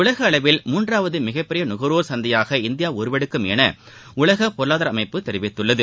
உலகளவில் மூன்றாவது மிகப்பெரிய நுகர்வோர் சந்தையாக இந்தியா உருவெடுக்கும் என உலக பொருளாதார அமைப்பு தெரிவித்துள்ளது